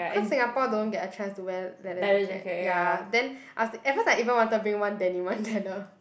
cause Singapore don't get a chance to wear leather jacket ya then I was thin~ at first I even wanted to bring one denim one leather